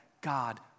God